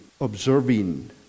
observing